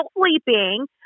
sleeping